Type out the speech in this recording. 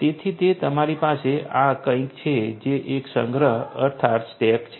તેથી તે તમારી પાસે આ કંઈક છે જે એક સંગ્રહ અર્થાત સ્ટેક છે